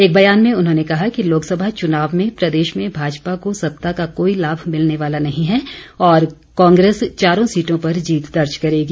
एक बयान में उन्होंने कहा कि लोकसभा चुनाव में प्रदेश में भाजपा को सत्ता का कोई लाभ मिलने वाला नहीं है और कांग्रेस चारों सीटों पर जीत दर्ज करेगी